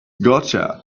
gotcha